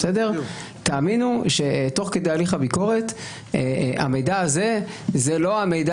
תאמינו שתוך כדי הליך הביקורת המידע הזה זה לא המידע